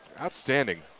Outstanding